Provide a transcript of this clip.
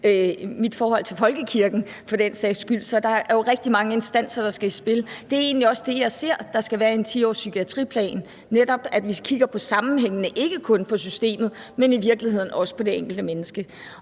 mit forhold til folkekirken for den sags skyld. Så der er jo rigtig mange instanser, der skal i spil, og det er egentlig også det, jeg ser skal være i en 10-årspsykiatriplan, at vi netop kigger på sammenhængene, ikke kun på systemet, men i virkeligheden også på det enkelte menneske.